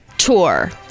Tour